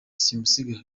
simusiga